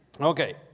Okay